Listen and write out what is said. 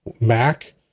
Mac